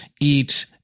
eat